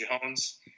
Jones